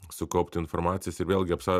sukaupti informacijos ir vėlgi apsa